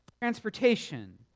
Transportation